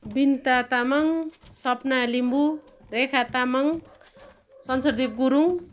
Binita Tamang Sapna Limbu Rekha Tamang Sanchadip Gurung